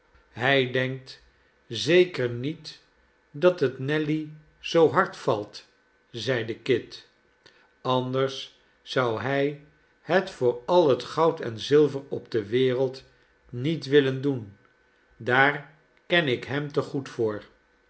hij denkt zeker niet dat het nelly zoo hard valt zeide kit anders zou hij het voor al het goud en zilver op de wereld niet willen doen daar ken ik hem te goed voor